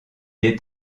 est